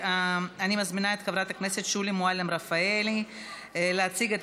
אני מזמינה את חברת הכנסת שולי מועלם-רפאלי להציג את